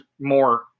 more